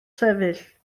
sefyll